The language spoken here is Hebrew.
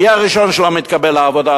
מי הראשון שלא מתקבל לעבודה,